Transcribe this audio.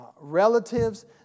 relatives